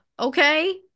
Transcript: Okay